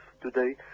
today